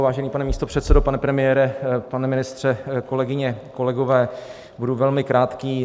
Vážený pane místopředsedo, pane premiére, pane ministře, kolegyně, kolegové, budu velmi krátký.